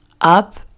up